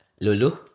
Lulu